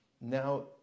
Now